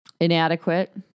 inadequate